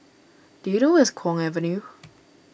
do you know where is Kwong Avenue